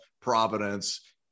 Providence